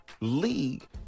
league